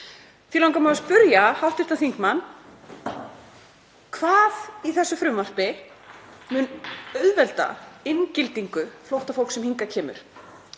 Því langar mig að spyrja hv. þingmann: Hvað í þessu frumvarpi mun auðvelda inngildingu flóttafólks sem hingað kemur?